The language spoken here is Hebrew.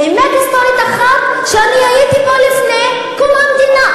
אמת היסטורית אחת: שאני הייתי פה לפני קום המדינה.